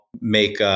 make